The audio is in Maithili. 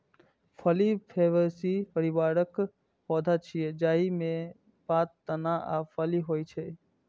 फली फैबेसी परिवारक पौधा छियै, जाहि मे पात, तना आ फली होइ छै